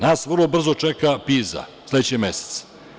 Nas vrlo brzo čeka PISA, sledećeg meseca.